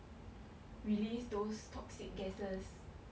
release those toxic gases